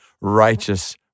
righteous